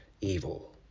evil